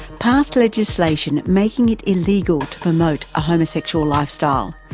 passed legislation making it illegal to promote a homosexual lifestyle.